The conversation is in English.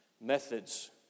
Methods